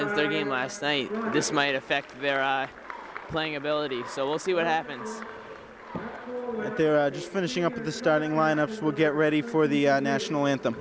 their game last night this might affect their playing ability so we'll see what happens when there are just finishing up in the starting line ups will get ready for the national anthem